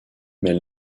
mais